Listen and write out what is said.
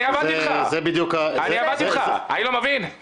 אני לא מבין,